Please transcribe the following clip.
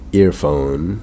earphone